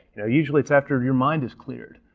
you know usually it's after your mind is cleared.